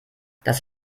das